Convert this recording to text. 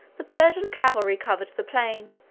the persian cavalry covered the plain,